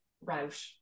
route